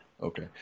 Okay